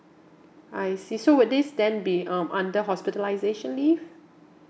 I see so would this then be um under hospitalisation leave